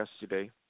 yesterday